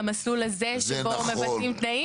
למסלול הזה שבו מבטלים תנאים.